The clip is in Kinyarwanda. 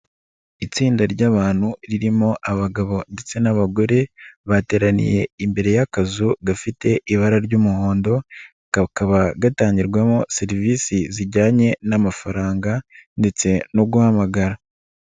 Itsinda ry'abantu ririmo abagabo ndetse n'abagore, bateraniye imbere y'akazu gafite ibara ry'umuhondo, kakaba gatangirwamo serivisi zijyanye n'amafaranga ndetse no guhamagara.